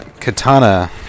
katana